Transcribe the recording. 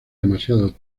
demasiado